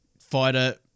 fighter